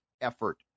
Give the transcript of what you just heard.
effort